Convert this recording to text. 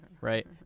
Right